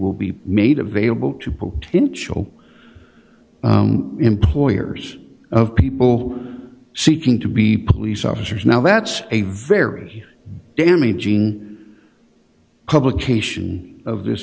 will be made available to people in show employers of people seeking to be police officers now that's a very damaging complication of this